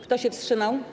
Kto się wstrzymał?